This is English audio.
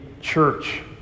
church